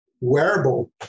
wearable